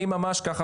אני ככה,